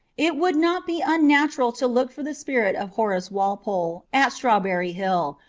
it would not be unnatural to look for the spirit of horace walpole at strawberry hill,